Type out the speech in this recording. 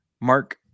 Mark